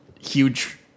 huge